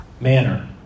manner